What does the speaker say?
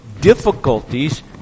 difficulties